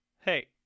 Hey